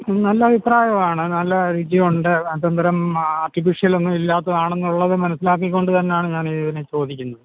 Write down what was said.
നല്ല അഭിപ്രായമാണ് നല്ല രുചിയുണ്ട് അത് അന്നേരം ആർട്ടിഫിഷ്യൽ ഒന്നും ഇല്ലാത്തതാണെന്നുള്ളത് മനസിലാക്കി കൊണ്ട് തന്നെയാണ് ഞാൻ പിന്നെ ചോദിക്കുന്നത്